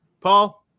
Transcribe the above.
paul